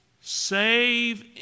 save